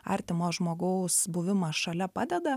artimo žmogaus buvimas šalia padeda